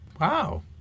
Wow